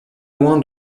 loin